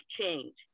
change